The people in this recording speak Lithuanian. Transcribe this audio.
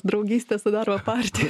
draugystė su darbo partija